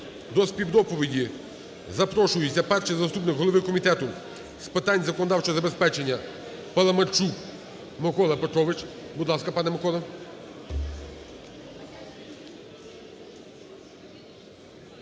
До співдоповіді запрошується перший заступник голови Комітету з питань законодавчого забезпечення Паламарчук Микола Петрович. Будь ласка, пане Микола.